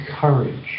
courage